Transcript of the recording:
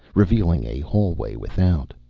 revealing a hallway without.